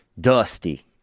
Dusty